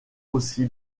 aussi